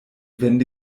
wände